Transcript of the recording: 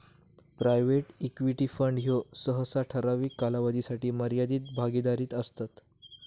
private equity fund ह्ये सहसा ठराविक कालावधीसाठी मर्यादित भागीदारीत असतत